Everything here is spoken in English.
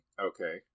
Okay